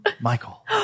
Michael